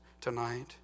tonight